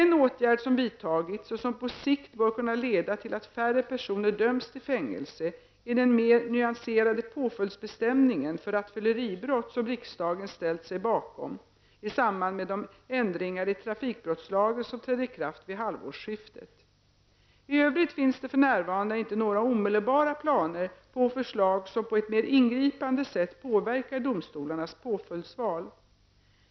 En åtgärd som vidtagits och som på sikt bör kunna leda till att färre personer döms till fängelse är den mer nyanserade påföljdsbestämningen för rattfylleribrott som riksdagen ställt sig bakom i samband med de ändringar i trafikbrottslagen som trädde i kraft vid halvårsskiftet. I övrigt finns det för närvarande inte några omedelbara planer på förslag som på ett mer ingripande sätt påverkar domstolarnas påföljdsval.